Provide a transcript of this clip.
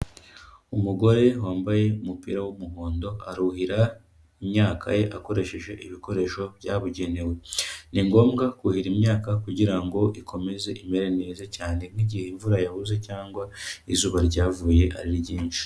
Umugore wambaye umupira w'umuhondo, aruhira imyaka ye akoresheje ibikoresho byabugenewe. Ni ngombwa kuhira imyaka kugira ngo ikomeze imere neza cyane nk'igihe imvura yabuze cyangwa izuba ryavuye ari ryinshi.